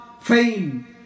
fame